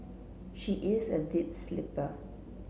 she is a deep sleeper